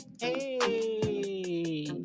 hey